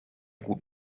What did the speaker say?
gut